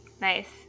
Nice